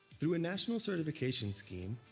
through a national certification scheme,